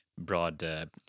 broad